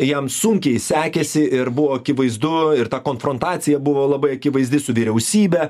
jam sunkiai sekėsi ir buvo akivaizdu ir ta konfrontacija buvo labai akivaizdi su vyriausybe